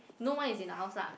no one is in the house lah